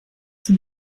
zum